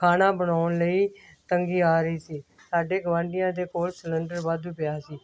ਖਾਣਾ ਬਣਾਉਣ ਲਈ ਤੰਗੀ ਆ ਰਹੀ ਸੀ ਸਾਡੇ ਗਵਾਂਢੀਆਂ ਦੇ ਕੋਲ ਸਲੰਡਰ ਵਾਧੂ ਪਿਆ ਸੀ